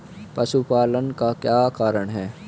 पशुपालन का क्या कारण है?